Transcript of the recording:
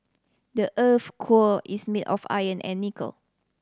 the earth's core is made of iron and nickel